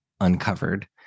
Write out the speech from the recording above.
uncovered